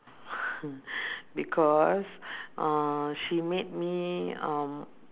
because uh she made me um